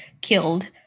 killed